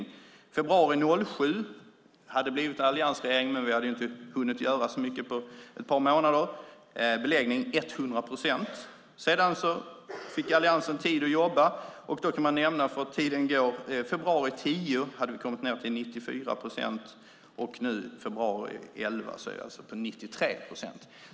I februari 2007 hade det blivit en alliansregering, men vi hade inte hunnit göra så mycket på ett par månader, och då var beläggningen 100 procent. Sedan fick Alliansen tid att jobba. Tiden går så jag nämner bara att vi i februari 2010 hade kommit ned till 94 procents beläggning och nu i februari 2011 var beläggningen 93 procent.